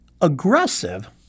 Aggressive